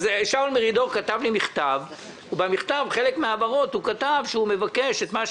שאול מרידור כתב לי מכתב ולפיו הוא מבקש שאת חלק מן